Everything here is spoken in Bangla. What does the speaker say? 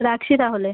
রাখছি তাহলে